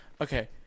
Okay